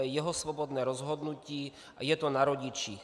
To je jeho svobodné rozhodnutí a je to na rodičích.